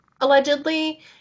allegedly